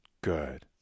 Good